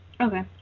Okay